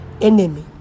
enemy